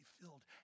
filled